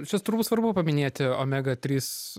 čia turbūt svarbu paminėti omega trys